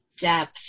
depth